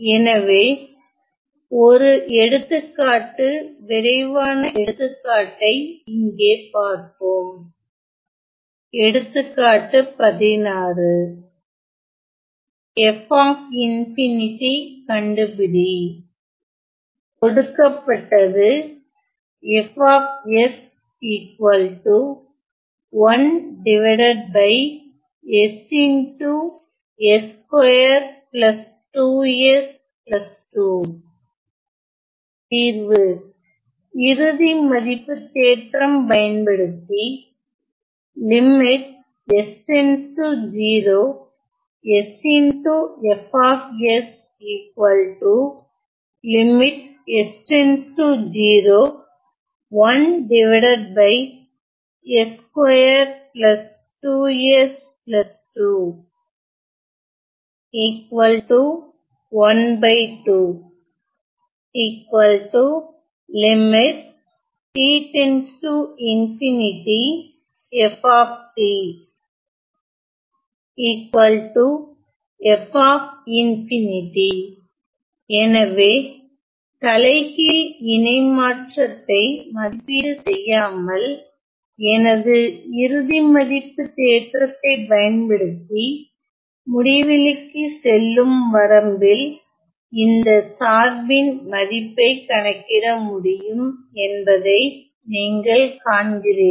எனவே ஒரு எடுத்துக்காட்டு விரைவான எடுத்துக்காட்டை இங்கே பார்ப்போம் எடுத்துக்காட்டு 16 f∞ கண்டுபிடிகொடுக்கப்பட்டது தீர்வு இறுதி மதிப்புத் தேற்றம் பயன்படுத்தி எனவே தலைகீழ் இனை மாற்றத்தை மதிப்பீடு செய்யாமல் எனது இறுதி மதிப்பு தேற்றத்தைப் பயன்படுத்தி முடிவிலிக்குச் செல்லும் வரம்பில் இந்த சார்பின் மதிப்பைக் கணக்கிட முடியும் என்பதை நீங்கள் காண்கிறீர்கள்